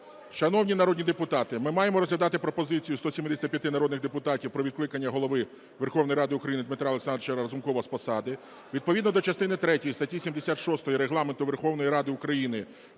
Шановні народні депутати, ми маємо розглядати пропозицію 175 народних депутатів про відкликання Голови Верховної Ради України Дмитра Олександровича Разумкова з посади. Відповідно до частини третьої статті 76 Регламенту Верховної Ради України